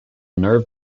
nerve